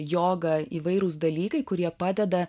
joga įvairūs dalykai kurie padeda